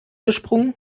gesprungen